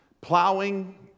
plowing